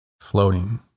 floating